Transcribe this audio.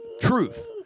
truth